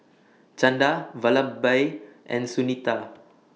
Chanda Vallabhbhai and Sunita